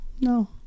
No